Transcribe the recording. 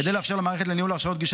כדי לאפשר למערכת לניהול הרשאות גישה